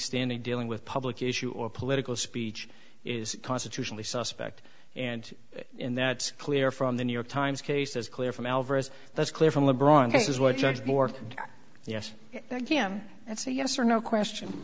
standing dealing with public issue or political speech is constitutionally suspect and in that clear from the new york times case is clear from alvarez that's clear from the bronx is what judge moore yes thank him that's a yes or no question